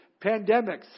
pandemics